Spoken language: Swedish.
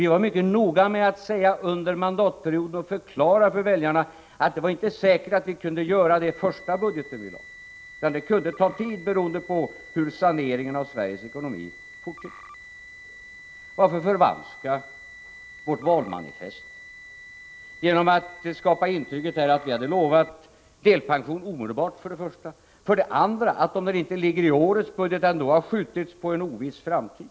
Vi var mycket noga med att ange ”under mandatperioden” och förklara för väljarna att det inte var säkert att vi kunde föreslå det i den första budget vi lade fram; det kunde ta tid beroende på hur saneringen av Sveriges ekonomi fortgick. Varför förvanska vårt valmanifest genom att här skapa intrycket att vi hade lovat höjd delpension omedelbart och att den, om den inte fanns med i årets budget, har skjutits på en oviss framtid?